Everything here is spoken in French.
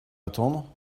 attendre